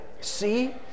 See